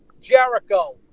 Jericho